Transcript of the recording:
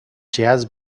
jazz